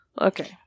okay